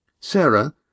Sarah